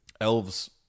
Elves